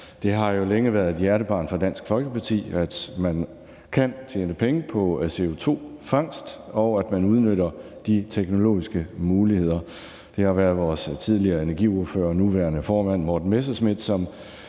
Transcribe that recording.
Det har jo længe været et hjertebarn for Dansk Folkeparti, at man kan tjene penge på CO2-fangst, og at man udnytter de teknologiske muligheder. Det har været vores tidligere enegiordfører, nuværende formand Morten Messerschmidt,